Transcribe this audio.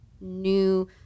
new